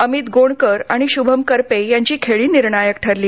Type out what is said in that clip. अमित गोणकर आणि श्भम करपे यांची खेळी निर्णायक ठरली